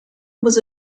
was